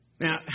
Now